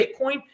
Bitcoin